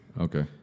Okay